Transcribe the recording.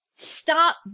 Stop